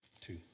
Two